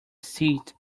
seat